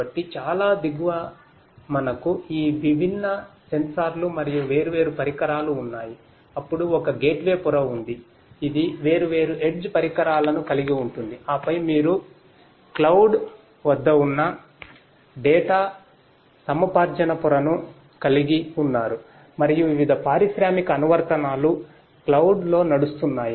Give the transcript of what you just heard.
కాబట్టి చాలా దిగువన మనకు ఈ విభిన్న సెన్సార్లు మరియు వేర్వేరు పరికరాలు ఉన్నాయి అప్పుడు ఒక గేట్వే పొర ఉంది ఇది వేర్వేరు ఎడ్జ్ లోనడుస్తున్నాయి